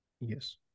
Yes